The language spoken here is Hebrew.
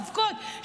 לבכות,